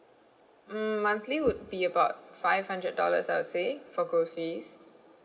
mm monthly would be about five hundred dollars I would say for groceries